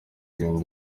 dream